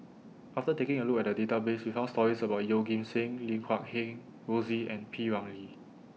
after taking A Look At The Database We found stories about Yeoh Ghim Seng Lim Guat Kheng Rosie and P Ramlee